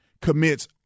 commits